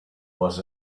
was